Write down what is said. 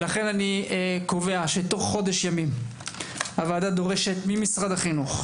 לכן אני קובע שתוך חודש ימים הוועדה דורשת ממשרד החינוך,